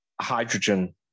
hydrogen